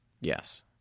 Yes